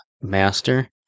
master